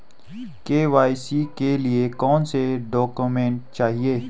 KYC के लिए कौनसे डॉक्यूमेंट चाहिये?